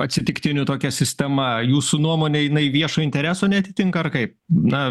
atsitiktinių tokia sistema jūsų nuomone jinai viešo intereso neatitinka ar kaip na